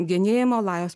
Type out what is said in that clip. genėjimo lajos